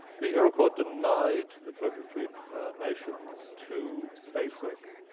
the iroquois denied the tributary nations two basic